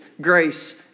grace